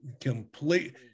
complete